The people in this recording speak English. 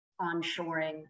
onshoring